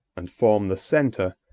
and form the centre,